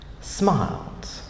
smiled